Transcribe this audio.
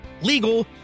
legal